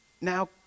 now